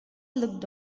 looked